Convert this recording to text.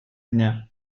дня